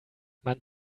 man